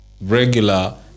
regular